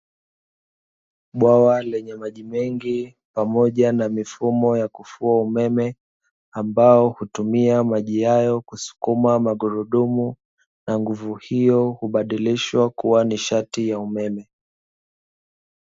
Bwawa lenye maji mengi, pamoja na mifumo ya kufua umeme, ambao utumia maji hayo kusukuma magurudumu na nguvu hiyo ubadilishwa, kuwa nishati ya umeme.